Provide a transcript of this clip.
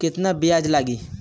केतना ब्याज लागी?